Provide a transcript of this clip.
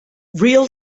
real